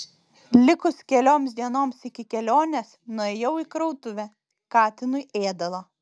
likus kelioms dienoms iki kelionės nuėjau į krautuvę katinui ėdalo